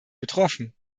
betroffen